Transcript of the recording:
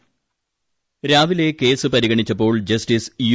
voice രാവിലെ case പരിഗണിച്ചപ്പോൾ justice U